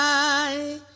a